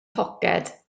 poced